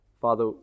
Father